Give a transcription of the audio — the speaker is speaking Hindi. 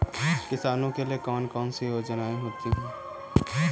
किसानों के लिए कौन कौन सी योजनायें होती हैं?